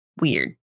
weird